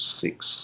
six